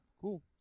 cool